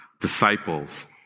disciples